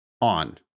on